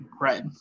Right